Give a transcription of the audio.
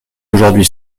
aujourd’hui